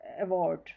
award